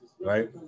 right